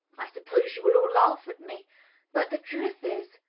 i suppose you will all laugh at me but the truth is,